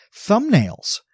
thumbnails